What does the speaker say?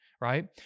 right